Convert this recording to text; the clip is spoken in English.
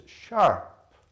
sharp